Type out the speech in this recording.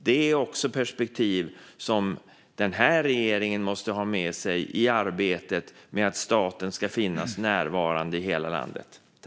Detta är perspektiv som regeringen måste ha med sig i arbetet för att staten ska finnas närvarande i hela landet.